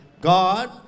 God